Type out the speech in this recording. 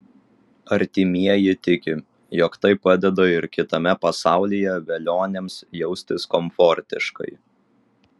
artimieji tiki jog tai padeda ir kitame pasaulyje velioniams jaustis komfortiškai